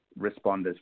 responders